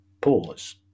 pause